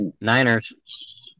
Niners